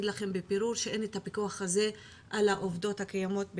לכם בפירוש שאין את הפיקוח הזה על העובדות שעובדות במסגרות.